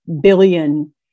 billion